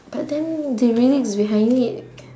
but then the lyrics behind it